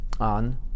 on